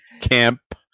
Camp